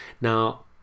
Now